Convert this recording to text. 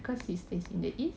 because he stays in the east